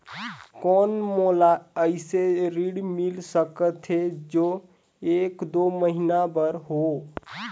कौन मोला अइसे ऋण मिल सकथे जो एक दो महीना बर हो?